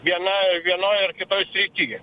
viena vienoj ar srity